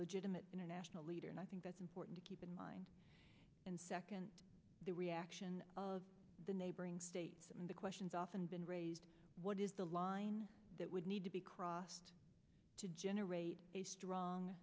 legitimate international leader and i think that's important to keep in mind and second the reaction of the neighboring states and the questions often been raised what is the line that would need to be crossed to generate a strong